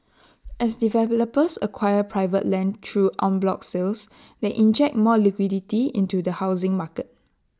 as developers acquire private land through en bloc sales they inject more liquidity into the housing market